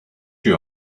you